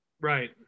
Right